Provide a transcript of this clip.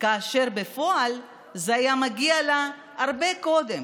כאשר בפועל זה הגיע לה הרבה קודם